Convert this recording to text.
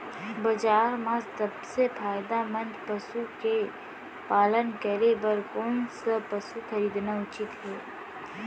बजार म सबसे फायदामंद पसु के पालन करे बर कोन स पसु खरीदना उचित हे?